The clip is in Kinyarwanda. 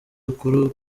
bukuru